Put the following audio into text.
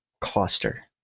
cluster